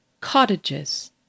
Cottages